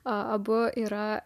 abu yra